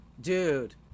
dude